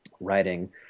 writing